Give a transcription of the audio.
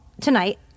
tonight